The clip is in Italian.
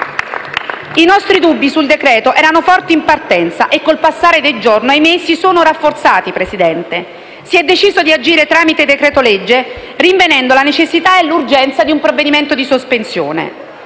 I nostri dubbi sul decreto-legge erano forti in partenza e con il passare dei giorni - ahimè! - si sono rafforzati, signor Presidente. Si è deciso di agire tramite decreto-legge rinvenendo la necessità e l'urgenza di un provvedimento di sospensione.